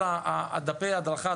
כל דפי ההדרכה,